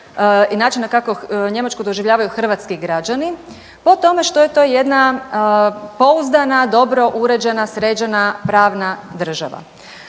i načina kako Njemačku doživljavaju hrvatski građani po tome što je to jedna pouzdana, dobro uređena, sređena pravna država.